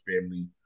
family